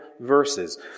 verses